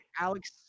Alex